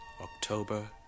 October